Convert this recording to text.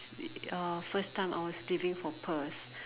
uh first time I was leaving for Perth